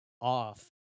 off